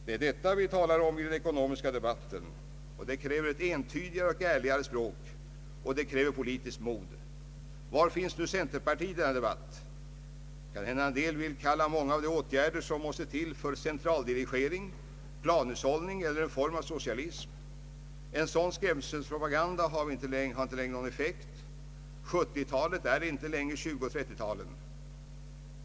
Det är detta vi talar om i den ekonomiska debatten. Det kräver ett entydigare och ärligare språk. Och det kräver politiskt mod! Var finns centerpartiet i denna debatt? Några kanske vill kalla många av de åtgärder, som måste till, för centraldirigering, planhushållning eller en form av socialism. En sådan skrämselpropaganda har inte längre någon effekt. 1970-talet är inte som 1920 och 1930-talen.